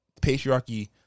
patriarchy